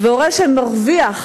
והורה שמרוויח